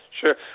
Sure